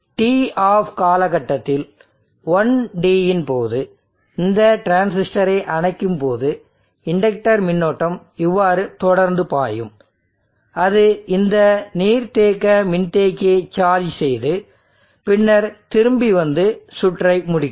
TOFF காலகட்டத்தில் 1 d இன் போது இந்த டிரான்சிஸ்டரை அணைக்கும்போது இண்டக்டர் மின்னோட்டம் இவ்வாறு தொடர்ந்து பாயும் அது இந்த நீர்த்தேக்க மின்தேக்கியை சார்ஜ் செய்து பின்னர் திரும்பி வந்து சுற்றை முடிக்கும்